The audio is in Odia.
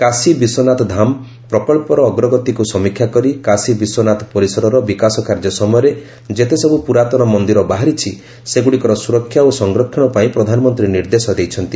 କାଶୀ ବିଶ୍ୱନାଥ ଧାମ ପ୍ରକଳ୍ପର ଅଗ୍ରଗତିକୁ ସମୀକ୍ଷା କରି କାଶୀ ବିଶ୍ୱନାଥ ପରିସରର ବିକାଶ କାର୍ଯ୍ୟ ସମୟରେ ଯେତେସବ୍ଧ ପ୍ରରାତନ ମନ୍ଦିର ବାହାରିଛି ସେଗୁଡ଼ିକର ସୁରକ୍ଷା ଓ ସାରକ୍ଷଣ ପାଇଁ ପ୍ରଧାନମନ୍ତ୍ରୀ ନିର୍ଦ୍ଦେଶ ଦେଇଛନ୍ତି